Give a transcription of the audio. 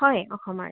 হয় অসমৰে